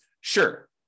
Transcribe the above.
Sure